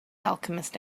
alchemist